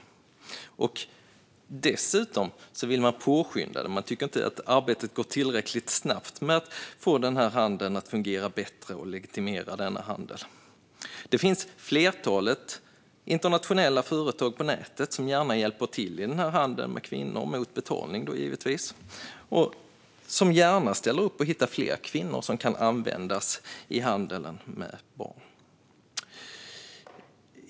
Man vill dessutom påskynda detta - man tycker inte att arbetet med att få denna handel att fungera bättre och att legitimera den går tillräckligt snabbt. Det finns på nätet ett flertal internationella företag som gärna hjälper till med denna handel med kvinnor - mot betalning, givetvis. De ställer gärna upp för att hitta fler kvinnor som kan användas i handeln med barn.